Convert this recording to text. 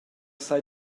sai